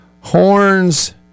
Horns